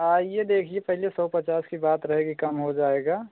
आइए देखिए पहिले सौ पचास की बात रहेगी कम हो जाएगा